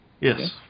Yes